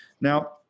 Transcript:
Now